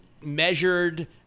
Measured